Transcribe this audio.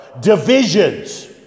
divisions